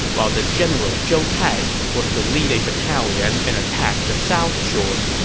while the general zhou tai was to lead a battalion and attack the south shore.